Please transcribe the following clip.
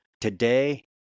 Today